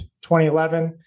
2011